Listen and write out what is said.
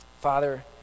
Father